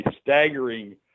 staggering